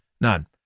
none